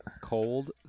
cold